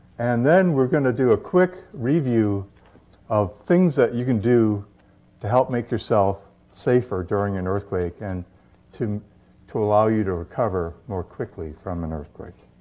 and then we're going to do a quick review of things that you can do to help make yourself safer during an earthquake and to to allow you to recover more quickly from an earthquake.